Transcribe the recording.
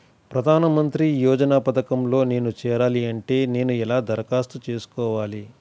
ప్రధాన మంత్రి యోజన పథకంలో నేను చేరాలి అంటే నేను ఎలా దరఖాస్తు చేసుకోవాలి?